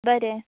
बरें